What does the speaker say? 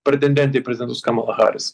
pretendente į prezidentus kamala haris